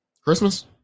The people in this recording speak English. Christmas